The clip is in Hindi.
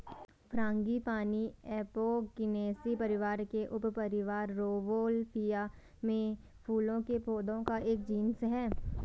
फ्रांगीपानी एपोकिनेसी परिवार के उपपरिवार रौवोल्फिया में फूलों के पौधों का एक जीनस है